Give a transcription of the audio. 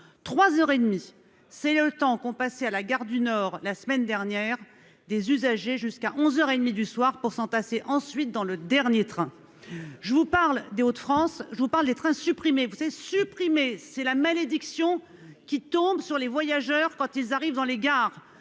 demie, c'est le temps qu'on passait à la gare du Nord, la semaine dernière des usagers jusqu'à onze heures et demie du soir pour s'entasser ensuite dans le dernier train je vous parle des Hauts-de-France, je vous parle des trains supprimés vous savez supprimé c'est la malédiction qui tombe sur les voyageurs, quand ils arrivent dans les gares,